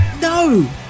no